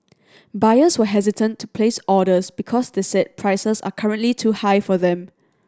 buyers were hesitant to place orders because they said prices are currently too high for them